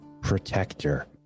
Protector